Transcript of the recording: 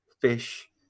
fish